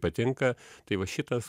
patinka tai va šitas